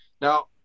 Now